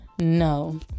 No